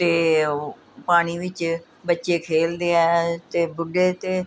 ਅਤੇ ਉਹ ਪਾਣੀ ਵਿੱਚ ਬੱਚੇ ਖੇਡਦੇ ਆ ਅਤੇ ਬੁੱਢੇ ਅਤੇ